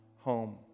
home